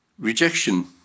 Rejection